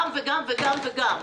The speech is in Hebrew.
אנחנו אומרים: גם וגם וגם וגם,